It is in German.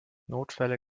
notfälle